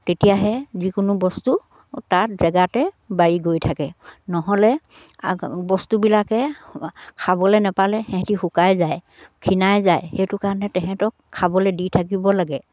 তেতিয়াহে যিকোনো বস্তু তাত জেগাতে বাঢ়ি গৈ থাকে নহ'লে বস্তুবিলাকে খাবলে নেপালে সিহঁতে শুকাই যায় খিনাই যায় সেইটো কাৰণে তেহেঁতক খাবলে দি থাকিব লাগে